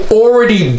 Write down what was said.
already